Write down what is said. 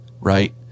right